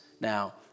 Now